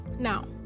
now